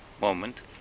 moment